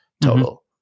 total